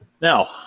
Now